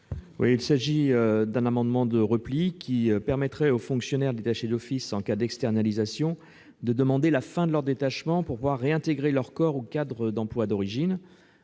Marie. Cet amendement de repli tend à permettre aux fonctionnaires détachés d'office en cas d'externalisation de demander la fin de leur détachement pour pouvoir réintégrer leur corps ou leur cadre d'emploi d'origine.